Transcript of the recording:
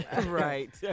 Right